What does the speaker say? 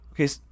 Okay